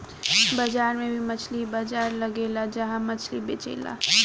बाजार में भी मछली बाजार लगेला जहा मछली बेचाले